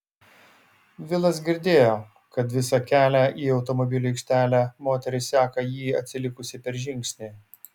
vilas girdėjo kad visą kelią į automobilių aikštelę moteris seka jį atsilikusi per žingsnį